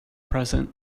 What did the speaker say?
present